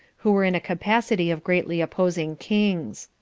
who were in a capacity of greatly opposing kings.